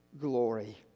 glory